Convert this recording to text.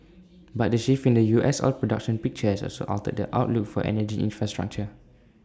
but the shift in the U S oil production picture has also altered the outlook for energy infrastructure